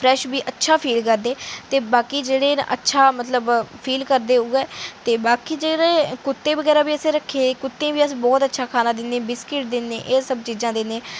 fresh ते अच्छा feel करदे ते बाकी जेह्ड़े कुत्ते बगैरा बी असे रक्खे दे ते उ'नें गी बी अस बहुत अच्छा खाना दिन्ने बिस्कुट बगैरा दिन्ने